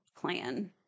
plan